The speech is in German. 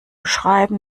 schreiben